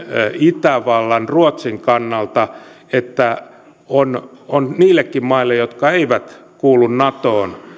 itävallan ja ruotsin kannalta että on on niilläkin mailla jotka eivät kuulu natoon